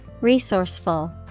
Resourceful